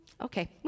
Okay